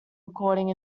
recording